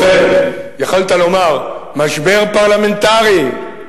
ובכן, יכולת לומר משבר פרלמנטרי,